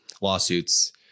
lawsuits